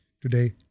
today